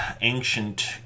ancient